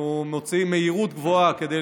אנחנו מוצאים שיש מהירות גבוהה כדי